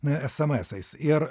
n esamesais ir